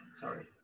sorry